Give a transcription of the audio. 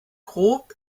grob